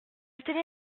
télé